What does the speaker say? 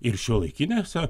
ir šiuolaikinėse